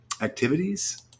activities